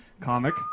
comic